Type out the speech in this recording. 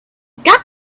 guide